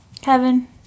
Kevin